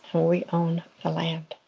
we own the land